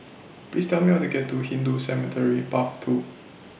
Please Tell Me How to get to Hindu Cemetery Path two